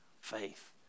faith